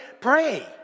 pray